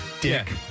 Dick